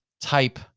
type